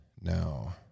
now